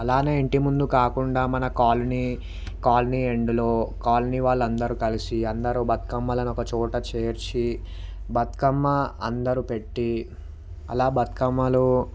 అలానే ఇంటి ముందు కాకుండా మన కాలనీ కాలనీ ఎన్డ్లో కాలనీ వాళ్ళు అందరూ కలిసి అందరూ బతుకమ్మలను ఒక చోట చేర్చి బతుకమ్మ అందరూ పెట్టి అలా బతుకమ్మలో